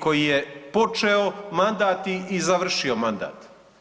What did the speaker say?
koji je počeo mandat i završio mandat.